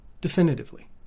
definitively